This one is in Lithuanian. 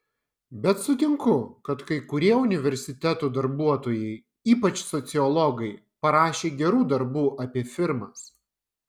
bet sutinku kad kai kurie universitetų darbuotojai ypač sociologai parašė gerų darbų apie firmas